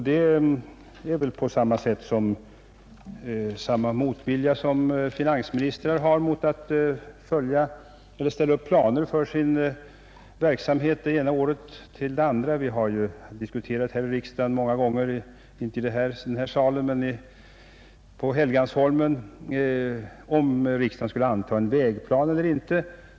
Det är samma motvilja som finansministern har mot att fastställa planer för sin verksamhet från det ena året till det andra. Vi diskuterade många gånger på Helgeandsholmen, om riksdagen skulle anta en vägplan eller inte.